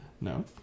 No